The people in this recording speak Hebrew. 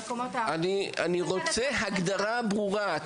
אני רוצה הגדרה ברורה,